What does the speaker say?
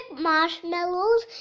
marshmallows